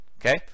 Okay